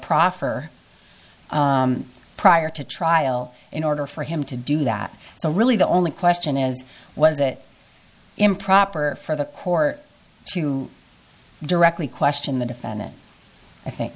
proffer prior to trial in order for him to do that so really the only question is was it improper for the court to directly question the defendant i think